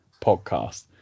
Podcast